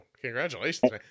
Congratulations